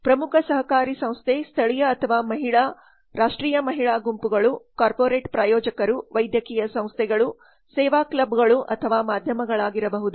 ಪ್ರಮುಖ ಸಹಕಾರಿ ಸಂಸ್ಥೆ ಸ್ಥಳೀಯ ಅಥವಾ ರಾಷ್ಟ್ರೀಯ ಮಹಿಳಾ ಗುಂಪುಗಳು ಕಾರ್ಪೊರೇಟ್ ಪ್ರಾಯೋಜಕರು ವೈದ್ಯಕೀಯ ಸಂಸ್ಥೆಗಳು ಸೇವಾ ಕ್ಲಬ್ಗಳು ಅಥವಾ ಮಾಧ್ಯಮಗಳಾಗಿರಬಹುದು